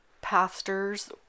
pastors